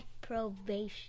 Probation